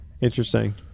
Interesting